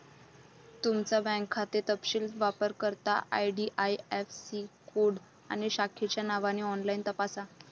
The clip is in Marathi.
तुमचा बँक खाते तपशील वापरकर्ता आई.डी.आई.ऍफ़.सी कोड आणि शाखेच्या नावाने ऑनलाइन तपासा